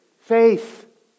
faith